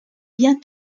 bien